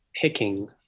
picking